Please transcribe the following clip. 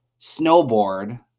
snowboard